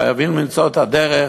חייבים למצוא את הדרך,